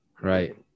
Right